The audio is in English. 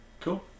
Cool